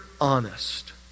honest